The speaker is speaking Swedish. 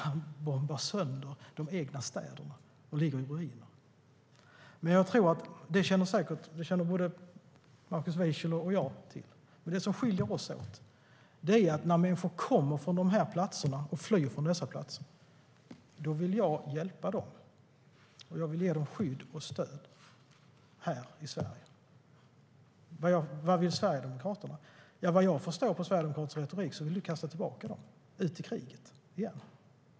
Han bombar sönder de egna städerna. De ligger i ruiner. Men det känner både Markus Wiechel och jag till. Det som skiljer oss åt är att när människor kommer från dessa platser, när de flyr från dessa platser, då vill jag hjälpa dem. Jag vill ge dem skydd och stöd - här i Sverige. Vad vill Sverigedemokraterna? Vad jag förstår av den sverigedemokratiska retoriken vill de kasta tillbaka dem ut i kriget igen.